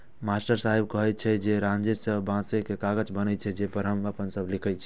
master साहेब कहै रहै जे बांसे सं कागज बनै छै, जे पर हम सब लिखै छियै